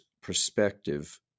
perspective